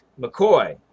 McCoy